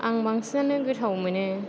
आं बांसिनानो गोथाव मोनो